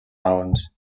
raons